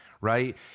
Right